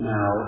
Now